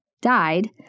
died